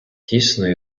тісно